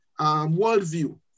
worldview